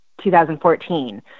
2014